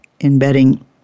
embedding